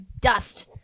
dust